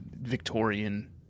Victorian